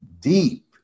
deep